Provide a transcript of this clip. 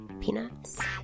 peanuts